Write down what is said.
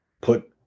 put